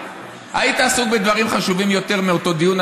היית עסוק בדברים חשובים יותר מאותו דיון,